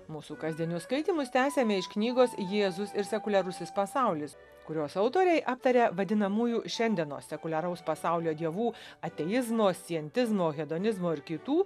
mūsų kasdienius skaitymus tęsėme iš knygos jėzus ir sekuliarusis pasaulis kurios autoriai aptaria vadinamųjų šiandienos sekuliaraus pasaulio dievų ateizmo scientizmo hedonizmo ir kitų